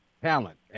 talent